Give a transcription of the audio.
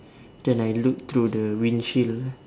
then I look through the wind shield